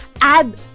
add